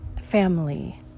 family